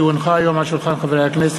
כי הונחו היום על שולחן הכנסת,